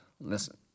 Listen